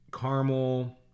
caramel